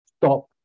stop